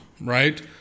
Right